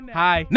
hi